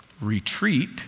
retreat